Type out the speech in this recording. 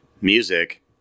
music